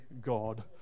God